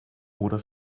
oder